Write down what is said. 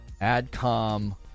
adcom